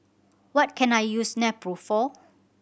what can I use Nepro for